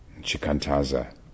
Chikantaza